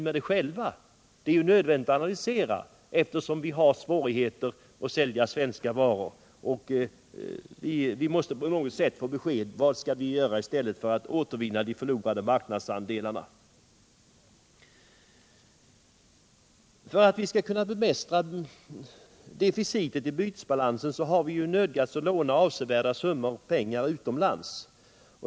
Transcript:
Men det är nödvändigt att analysera varför vi har svårigheter att sälja svenska varor, och vi måste på något sätt få besked: Vad skall vi göra för att återvinna marknadsandelarna? För att vi skall kunna bemästra deficitet i bytesbalansen har vi nödgats låna avsevärda summor utomlands.